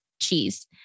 cheese